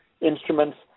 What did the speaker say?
instruments